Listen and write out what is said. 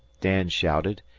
dan shouted,